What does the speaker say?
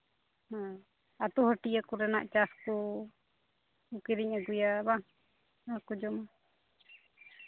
ᱦᱮᱸ ᱟᱹᱛᱩ ᱦᱟᱹᱴᱭᱟᱹ ᱠᱚᱨᱮᱱᱟᱜ ᱪᱟᱥ ᱠᱚ ᱠᱤᱨᱤᱧ ᱟᱹᱜᱩᱭᱟ ᱵᱟᱝ ᱦᱚᱲ ᱠᱚ ᱡᱚᱢᱟ